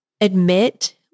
admit